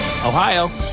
Ohio